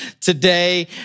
today